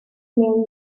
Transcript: main